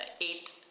eight